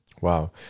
wow